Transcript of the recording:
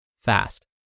fast